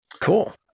Cool